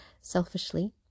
selfishly